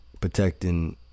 protecting